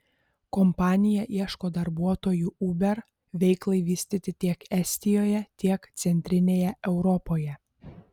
kompanija ieško darbuotojų uber veiklai vystyti tiek estijoje tiek centrinėje europoje